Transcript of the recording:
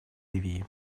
ливии